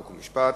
חוק ומשפט.